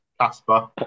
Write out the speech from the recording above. Casper